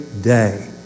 day